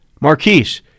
Marquise